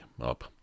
up